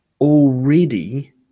already